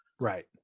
Right